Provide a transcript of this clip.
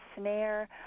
snare